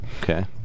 Okay